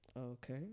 Okay